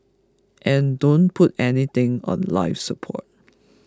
and don't put anything on life support